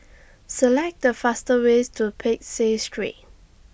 Select The fastest ways to Peck Seah Street